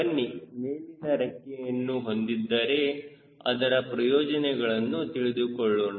ಬನ್ನಿ ಮೇಲಿನ ರೆಕ್ಕೆಯನ್ನು ಹೊಂದಿದ್ದರೆ ಅದರ ಪ್ರಯೋಜನಗಳನ್ನು ತಿಳಿದುಕೊಳ್ಳೋಣ